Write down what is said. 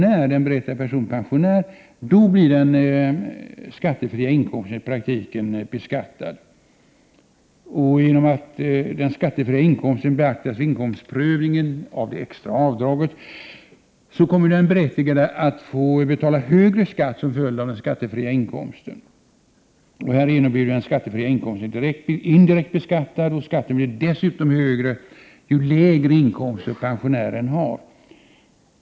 Är den berättigade pensionär blir den skattefria inkomsten i praktiken beskattad. Genom att den skattefria inkomsten beaktas vid inkomstprövningen av det extra avdraget kommer den berättigade att få betala högre skatt som en följd av den skattefria inkomsten. Härigenom blir den skattefria inkomsten indirekt beskattad, och skatten blir dessutom högre ju lägre inkomster pensionären har.